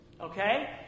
Okay